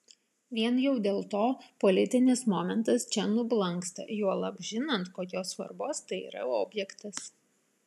vien jau dėl to politinis momentas čia nublanksta juolab žinant kokios svarbos tai yra objektas